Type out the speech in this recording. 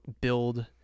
build